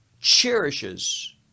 cherishes